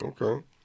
Okay